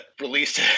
released